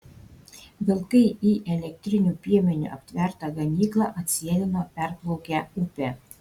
vilkai į elektriniu piemeniu aptvertą ganyklą atsėlino perplaukę upę